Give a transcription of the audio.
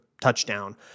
touchdown